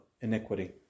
iniquity